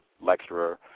lecturer